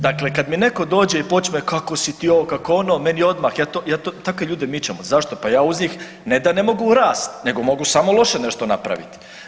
Dakle kad mi netko dođe i počne, kako si ti ovo, kako ono, meni odmah, ja takve ljude mičem, zašto, pa ja uz njih ne da ne mogu rast, nego mogu samo loše nešto napraviti.